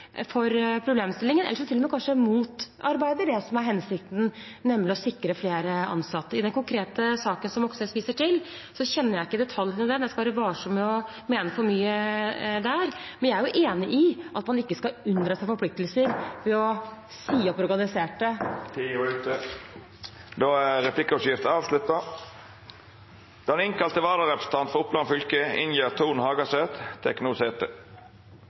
for problemstillingen, eller som til og med kanskje motarbeider det som er hensikten, nemlig å sikre flere ansatte. Når det gjelder den konkrete saken som Moxnes viser til, kjenner jeg ikke detaljene i den, så jeg skal være varsom med å mene for mye der. Men jeg er enig i at man ikke skal unndra seg forpliktelser ved å si opp organiserte Tida er ute. Replikkordskiftet er då avslutta. Den innkalte vararepresentanten for Oppland fylke,